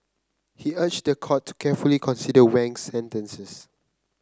he urged the court to carefully consider Wang's sentences